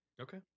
Okay